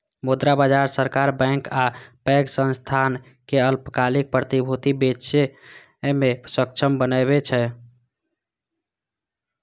मुद्रा बाजार सरकार, बैंक आ पैघ संस्थान कें अल्पकालिक प्रतिभूति बेचय मे सक्षम बनबै छै